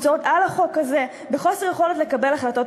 שנמצאות על החוק הזה, בחוסר יכולת לקבל החלטות.